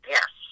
Yes